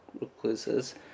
recluses